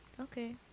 Okay